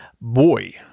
Boy